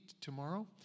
tomorrow